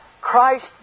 Christ